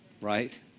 Right